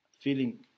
feeling